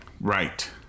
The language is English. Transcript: right